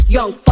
Young